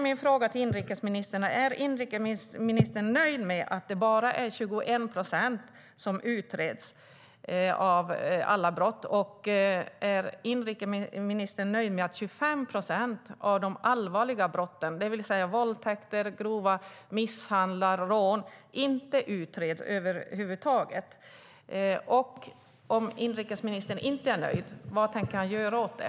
Min fråga till inrikesministern är: Är inrikesministern nöjd med att det bara är 21 procent av alla brott som utreds? Och är inrikesministern nöjd med att 25 procent av de allvarliga brotten, det vill säga våldtäkter, grov misshandel och rån, inte utreds över huvud taget? Och om inrikesministern inte är nöjd - vad tänker han göra åt det?